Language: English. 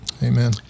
Amen